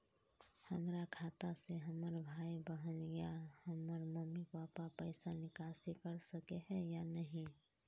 हमरा खाता से हमर भाई बहन या हमर मम्मी पापा पैसा निकासी कर सके है या नहीं?